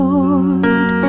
Lord